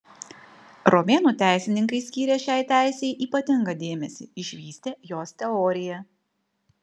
romėnų teisininkai skyrė šiai teisei ypatingą dėmesį išvystė jos teoriją